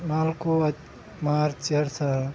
ನಾಲ್ಕು ಹತ್ತು ಮಾರ್ಚ್ ಎರಡು ಸಾವಿರ